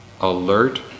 Alert